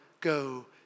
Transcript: go